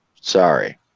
sorry